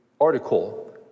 article